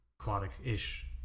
aquatic-ish